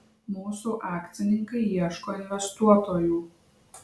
mūsų akcininkai ieško investuotojų